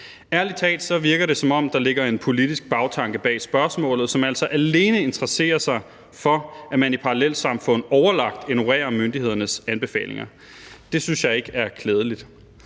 Ærlig talt virker det, som om der ligger en politisk bagtanke bag spørgsmålet, som altså alene interesserer sig for, at man i parallelsamfund overlagt ignorerer myndighedernes anbefalinger, og det synes jeg ikke er klædeligt.